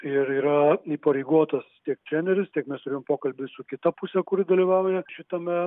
ir yra įpareigotas tiek treneris tiek mes turėjom pokalbį su kita puse kuri dalyvauja šitame